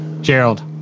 Gerald